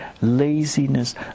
laziness